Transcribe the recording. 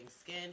Skin